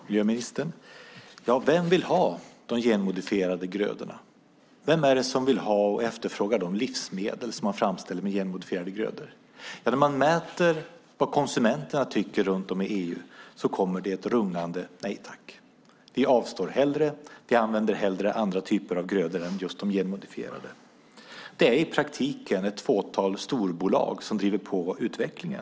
Herr talman! Miljöministern! Vem vill ha de genmodifierade grödorna? Vem är det som vill ha och efterfrågar de livsmedel som man framställer med genmodifierade grödor? När man mäter vad konsumenterna tycker runt om i EU kommer det rungande: Nej, tack! Vi avstår hellre. Vi använder hellre andra typer av grödor än just de genmodifierade. Det är i praktiken ett fåtal storbolag som driver på utvecklingen.